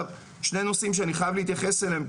שני נושאים שאני חייב להתייחס אליהם,